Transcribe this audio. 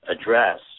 address